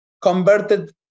converted